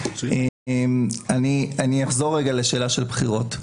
אני אחזור לשאלה של הבחירות.